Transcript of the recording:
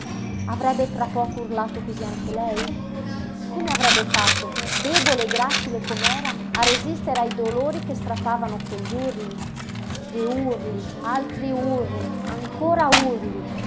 avrebbe tra poco urlato cosí anche lei come avrebbe fatto debole e gracile com'era a resistere ai dolori che strappavano quegli urli e urli altri urli ancora urli